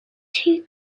two